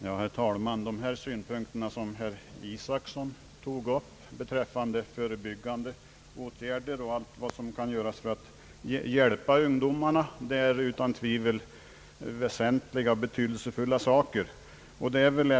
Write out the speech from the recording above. Herr talman! De synpunkter som herr Isacson tog upp beträffande föreliggande åtgärder och allt vad som kan göras för att hjälpa ungdomarna är utan tvivel väsentliga och betydelsefulla.